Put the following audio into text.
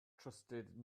trusted